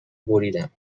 بریدم